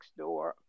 Nextdoor